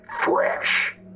fresh